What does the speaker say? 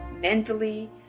mentally